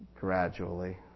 Gradually